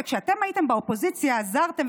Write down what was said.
וכשאתם הייתם באופוזיציה עזרתם,